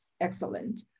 excellent